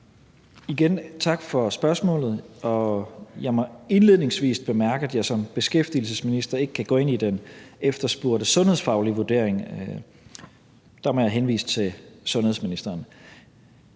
Igen: Tak for spørgsmålet. Jeg må indledningsvis bemærke, at jeg som beskæftigelsesminister ikke kan gå ind i den efterspurgte sundhedsfaglige vurdering. Der må jeg henvise til sundhedsministeren